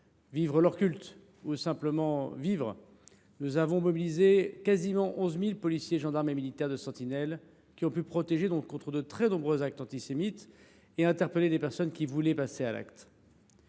vivre leur culte, ou simplement de vivre, nous avons mobilisé quasiment 11 000 policiers, gendarmes et militaires de l’opération Sentinelle, qui ont pu protéger ces Français contre de très nombreux actes antisémites et interpeller des personnes qui voulaient passer à l’acte.